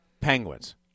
Penguins